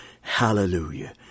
hallelujah